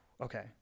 Okay